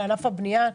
וענף הבנייה.